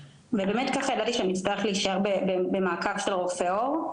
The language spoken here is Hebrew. ככה ידעתי שאני אצטרך להישאר במעקב אצל רופא עור,